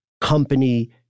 company